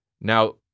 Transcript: Now